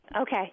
Okay